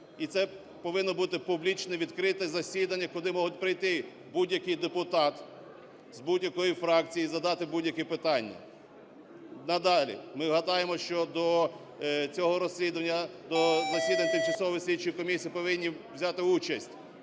І це повинно бути публічне, відкрите засідання, куди може прийти будь-який депутат, з будь-якої фракції і задати будь-яке питання. Надалі. Ми гадаємо, що до цього розслідування, до засідань тимчасової слідчої комісії повинні взяти участь